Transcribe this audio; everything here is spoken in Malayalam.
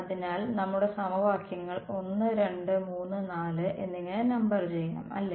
അതിനാൽ നമ്മുടെ സമവാക്യങ്ങൾ 1 2 3 4 എന്നിങ്ങനെ നമ്പർ ചെയ്യാം അല്ലേ